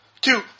two